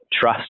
trust